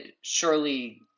surely